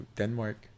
denmark